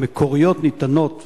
שהמקוריות נתונות